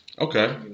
Okay